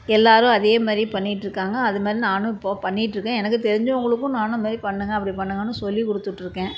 எல்லோரும் அதே மாதிரி பண்ணிட்டு இருக்காங்க அதுமாதிரி நானும் இப்போ பண்ணிக்கிட்டுருக்கேன் எனக்கு தெரிஞ்சவங்களுக்கும் நானும் இது மாதிரி பண்ணுங்க அப்படி பண்ணுங்கன்னு சொல்லிக் கொடுத்துட்டுருக்கேன்